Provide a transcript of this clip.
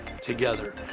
together